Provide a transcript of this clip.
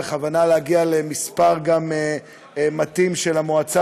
הכוונה להגיע למספר מתאים של המועצה,